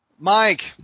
Mike